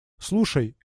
слушай